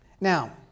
Now